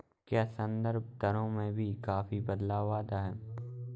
क्या संदर्भ दरों में भी काफी बदलाव आता है?